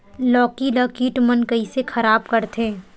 लौकी ला कीट मन कइसे खराब करथे?